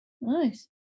nice